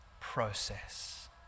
process